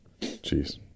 jeez